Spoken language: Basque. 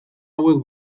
hauek